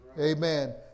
Amen